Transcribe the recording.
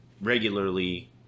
regularly